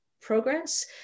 progress